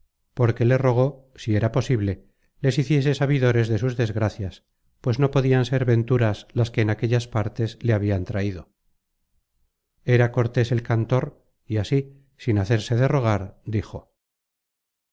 estorbara porque le rogó si era posible les hiciese sabidores de sus desgracias pues no podian ser venturas las que en aquellas partes le habian traido era cortés el cantor y así sin hacerse de rogar dijo